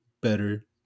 better